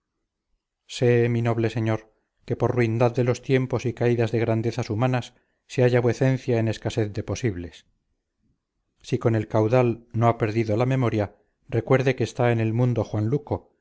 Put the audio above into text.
sé mi noble señor que por ruindad de los tiempos y caídas de grandezas humanas se halla vuecencia en escasez de posibles si con el caudal no ha perdido la memoria recuerde que está en el mundo juan luco